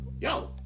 yo